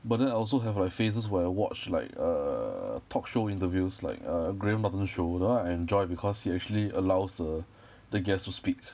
but then I also have like phases where I watch like err talk show interviews like err graham norton show that one I enjoy because he actually allows the the guest to speak